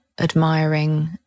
admiring